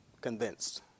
convinced